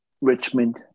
Richmond